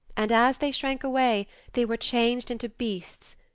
and as they shrank away they were changed into beasts,